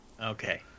okay